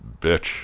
bitch